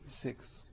Six